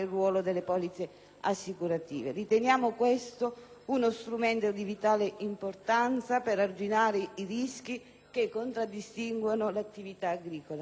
Riteniamo questo uno strumento di vitale importanza per arginare i rischi che contraddistinguono l'attività agricola,